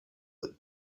but